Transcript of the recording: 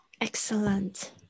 Excellent